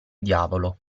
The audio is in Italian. diavolo